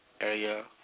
area